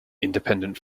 independent